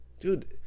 Dude